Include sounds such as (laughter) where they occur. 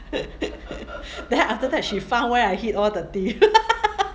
(noise) then after that she found where I hid all the teeth (laughs)